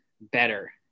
better